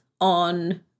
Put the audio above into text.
on